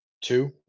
Two